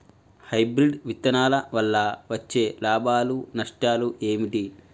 Hybrid విత్తనాల వల్ల వచ్చే లాభాలు నష్టాలు ఏమిటి?